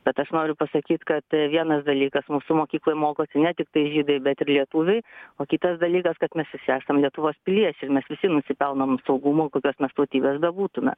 bet aš noriu pasakyt kad vienas dalykas mūsų mokykloj mokosi ne tiktai žydai bet ir lietuviai o kitas dalykas kad mes visi esam lietuvos piliečiai ir mes visi nusipelnom saugumo kokios mes tautybės bebūtume